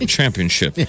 Championship